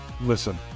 listen